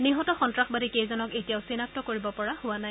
নিহত সন্তাসবাদী কেইজনক এতিয়াও চিনাক্ত কৰিব পৰা হোৱা নাই